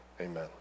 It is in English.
Amen